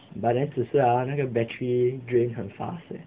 but then 只是啊那个 battery drain 很 fast eh